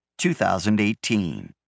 2018